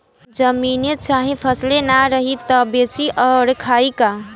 जमीने चाहे फसले ना रही त बेची का अउर खाई का